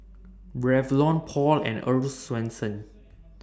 Revlon Paul and Earl's Swensens